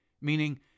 Meaning